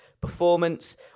performance